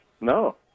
No